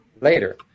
later